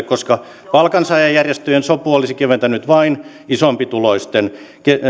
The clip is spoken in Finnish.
koska palkansaajajärjestöjen sopu olisi keventänyt vain isompituloisten